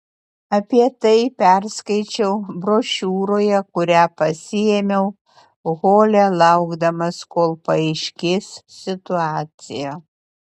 apie tai perskaičiau brošiūroje kurią pasiėmiau hole laukdamas kol paaiškės situacija